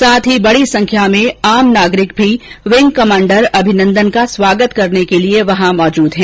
साथ ही बड़ी संख्या में आम नागरिक भी विंग कमांडर अभिनन्दन का स्वागत करने के लिए वहां मौजूद है